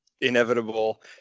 Inevitable